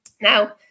Now